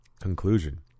Conclusion